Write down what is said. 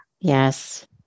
Yes